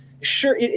sure